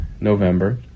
November